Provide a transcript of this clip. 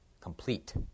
complete